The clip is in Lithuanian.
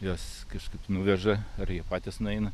juos kažkaip nuveža ar jie patys nueina